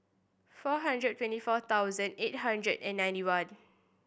four hundred twenty four thousand eight hundred and ninety one